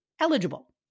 Eligible